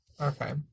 Okay